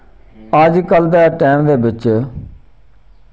अजकल दे टैम दे बिच